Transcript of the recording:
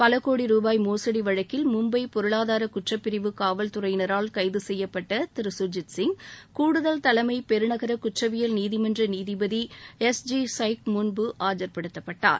பல கோடி ரூபாய் மோசடி வழக்கில் மும்பை பொருளாதார குற்றப்பிரிவு காவல்துறையினரால் கைது செய்யப்பட்ட திரு கர்ஜித் சிங் கூடுதல் தலைமை பெருநகர குற்றவியல் நீதிமன்ற நீதிபதி எஸ் ஜி வஷக் முன்பு ஆஐர்படுத்தப்பட்டார்